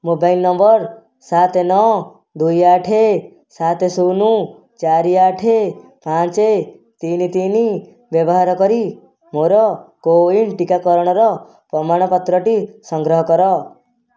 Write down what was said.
mobile number ସାତ ନଅ ଦୁଇ ଆଠ ସାତ ଶୂନ ଚାରି ଆଠ ପାଞ୍ଚ ତିନି ତିନି ବ୍ୟବହାର କରି ମୋର କୋୱିନ୍ ଟିକାକରଣର ପ୍ରମାଣପତ୍ରଟି ସଂଗ୍ରହ କର